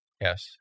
Yes